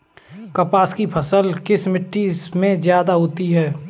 कपास की फसल किस मिट्टी में ज्यादा होता है?